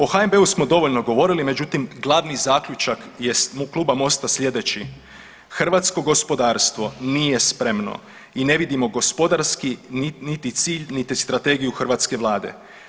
O HNB-u smo dovoljno govorili, međutim glavni zaključak kluba MOST-a sljedeći: Hrvatsko gospodarstvo nije spremno i ne vidimo gospodarski niti cilj, niti strategiju hrvatske Vlade.